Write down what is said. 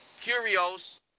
curios